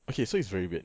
okay so it's very weird